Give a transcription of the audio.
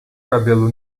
cabelo